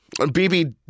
BB